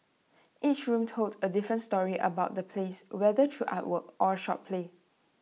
each room told A different story about the place whether through artwork or A short play